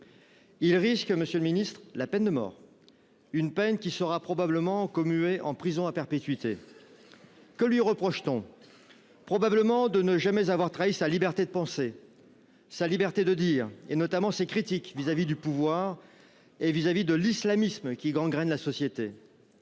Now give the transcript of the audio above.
Il risque, monsieur le ministre, la peine de mort, peine qui sera probablement commuée en prison à perpétuité. Que lui reproche t on ? Probablement de ne jamais avoir trahi sa liberté de penser, sa liberté de dire, notamment ses critiques vis à vis du pouvoir et de l’islamisme, qui gangrène la société.